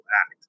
act